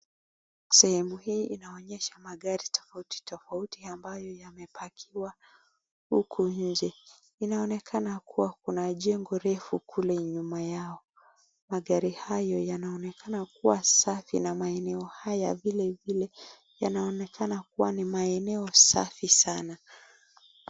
Sehemu hii inaonyesha magari tofauti tofauti ambayo yamepakiwa huku nje. Inaonekana kuwa kuna jengo refu kule nyuma yao. Magari hayo yanaonekana kuwa safi na maeneo haya vile vile yanaonekana kuwa ni maeneo safi sana.